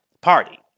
party